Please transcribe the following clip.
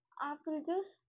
apple juice